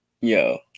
Yo